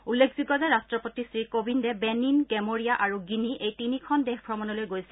উল্লেখযোগ্য যে ৰাট্টপতি শ্ৰীকোবিন্দে বেনিন গেমবিয়া আৰু গিনি এই তিনিখন দেশ ভ্ৰমণলৈ গৈছে